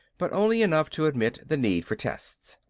but only enough to admit the need for tests.